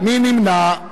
מי נמנע?